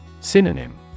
Synonym